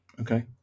Okay